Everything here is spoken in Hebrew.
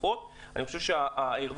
אני אומר את זה כ -- ואין לנו?